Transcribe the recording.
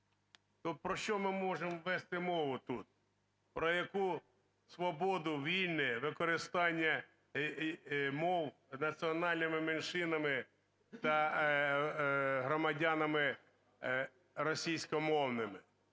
То про що ми можемо вести мову тут? Про яку свободу, вільне використання мов національними меншинами та громадянами російськомовними?